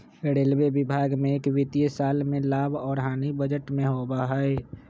railway विभाग में एक वित्तीय साल में लाभ और हानि बजट में होबा हई